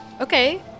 Okay